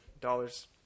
dollars